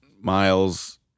miles